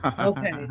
Okay